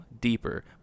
deeper